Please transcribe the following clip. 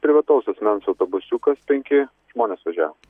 privataus asmens autobusiukas penki žmonės važiavo